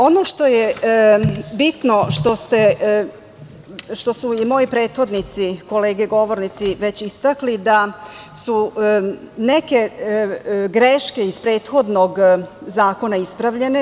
Ono što je bitno što su moji prethodnici kolege govornici već istakli da su neke greške iz prethodno zakona ispravljene.